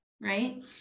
Right